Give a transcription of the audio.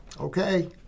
Okay